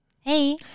Hey